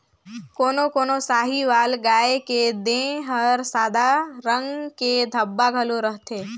कोनो कोनो साहीवाल गाय के देह हर सादा रंग के धब्बा घलो रहथे